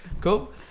cool